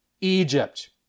Egypt